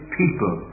people